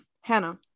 hannah